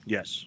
Yes